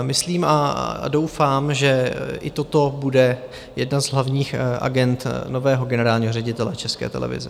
Myslím a doufám, že i toto bude jedna z hlavních agend nového generálního ředitele v České televizi.